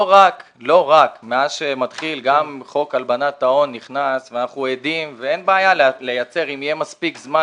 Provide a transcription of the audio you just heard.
מאז שנכנס החוק לאיסור הלבנת הון אם יהיה מספיק זמן